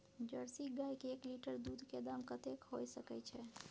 Jersey गाय के एक लीटर दूध के दाम कतेक होय सके छै?